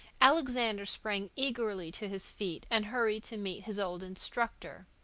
alexander sprang eagerly to his feet and hurried to meet his old instructor.